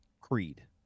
creed